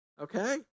Okay